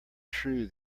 true